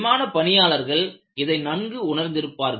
விமான பணியாளர்கள் இதை நன்கு உணர்ந்திருப்பார்கள்